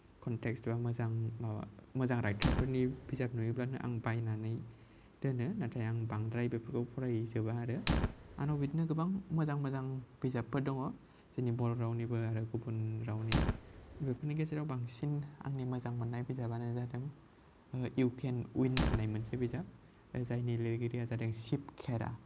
context बा मोजां माबा मोजां राइथारफोरनि बिजाब नुयेब्लानो आं बायनानै दोनो नाथाय आं बांद्राय बेफोरखौ फरायजोबा आरो आंनाव बिदिनो गोबां मोजां मोजां बिजाबफोर दङ जोंनि बर' रावनिबो आरो गुबुन रावनि बेफोरनि गेजेराव बांसिन आंनि मोजां मोननाय बिजाबानो जादों इउ केन उइन होननाय मोनसे बिजाब जायनि लिरगिरिया जादों सिब खेरा